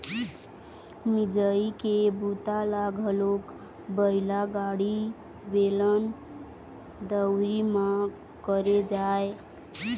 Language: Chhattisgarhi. मिंजई के बूता ल घलोक बइला गाड़ी, बेलन, दउंरी म करे जाए